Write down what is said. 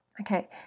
Okay